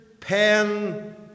pen